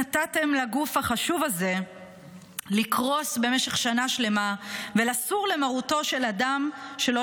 נתתם לגוף החשוב הזה לקרוס במשך שנה שלמה ולסור למרותו של אדם שלא